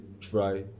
try